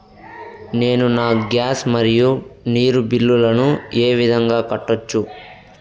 నేను నా గ్యాస్, మరియు నీరు బిల్లులను ఏ విధంగా కట్టొచ్చు?